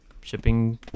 shipping